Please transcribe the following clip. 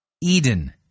Eden